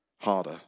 Harder